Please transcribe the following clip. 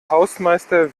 hausmeister